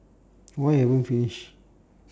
why you haven't finish